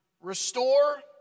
restore